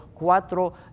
cuatro